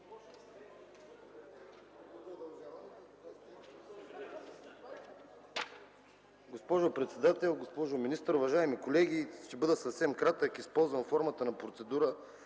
госпожо председател, госпожо министър, уважаеми колеги, ще бъда съвсем кратък. Използвам формата на процедура,